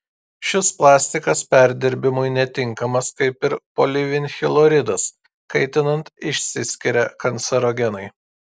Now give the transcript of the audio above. šis plastikas perdirbimui netinkamas kaip ir polivinilchloridas kaitinant išsiskiria kancerogenai